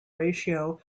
ratio